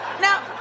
Now